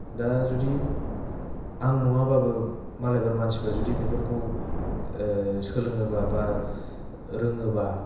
दा जुदि आं नङाबाबो मालायफोर मानसिफोरा जुदि बेफोरखौ सोलोङोबा एबा रोङोबा